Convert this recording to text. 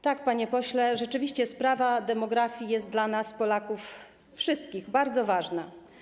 Tak, panie pośle, rzeczywiście sprawa demografii jest dla nas, Polaków, wszystkich, bardzo ważna.